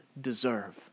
deserve